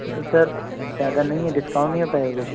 تو سر زیادہ نہیں ہے ڈسکاؤنٹ نہیں ہو پائے گا کچھ